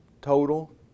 total